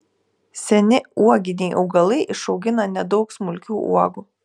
seni uoginiai augalai išaugina nedaug smulkių uogų